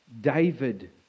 David